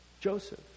Joseph